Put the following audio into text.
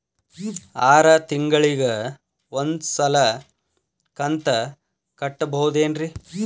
ಆರ ತಿಂಗಳಿಗ ಒಂದ್ ಸಲ ಕಂತ ಕಟ್ಟಬಹುದೇನ್ರಿ?